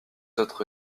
autre